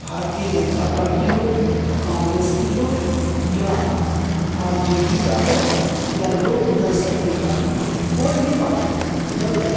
भारतीय जनता पार्टी हो काँग्रेस की हो या आर जे डी का हो या लोक जनशक्ति पार्टी का हो कोई भी पार्टी जब तक